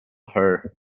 her